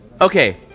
Okay